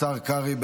השר קרעי,